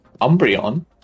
Umbreon